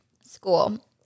school